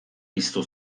piztu